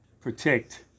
protect